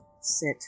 sit